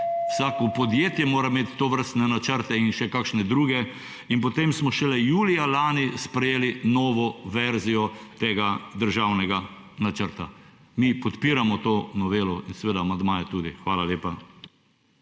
Vsako podjetje mora imeti tovrstne načrte in še kakšne druge. In potem smo šele julija lani sprejeli novo verzijo tega državnega načrta. Mi podpiramo to novelo in seveda amandmaje tudi. Hvala lepa.